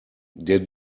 der